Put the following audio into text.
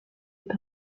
est